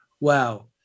Wow